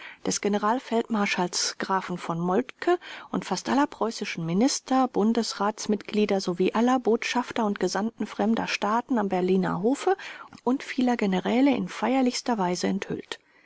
des generalfeldmarschalls grafen v moltke und fast aller preußischen minister bundesratsmitglieder sowie aller botschafter und gesandten fremder staaten am berliner hofe und vieler generäle in feierlichster weise enthüllt